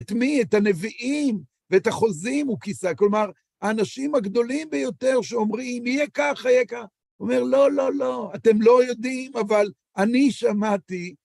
את מי? את הנביאים, ואת החוזים הוא כיסה. כלומר, האנשים הגדולים ביותר שאומרים, יהיה ככה, יהיה ככה, הוא אומר, לא, לא, לא, אתם לא יודעים, אבל אני שמעתי.